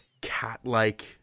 cat-like